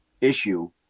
issue